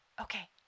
Okay